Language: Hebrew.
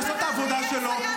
לעשות את העבודה שלו,